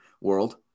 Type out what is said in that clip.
World